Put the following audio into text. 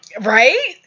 Right